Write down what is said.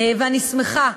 ואני שמחה.